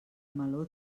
meló